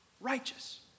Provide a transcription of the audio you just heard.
righteous